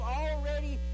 already